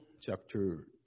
chapter